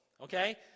okay